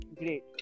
great